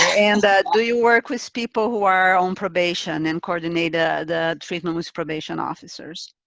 and do you work with people who are on probation and coordinate ah the treatment with probation officers.